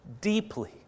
deeply